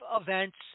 events